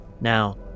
Now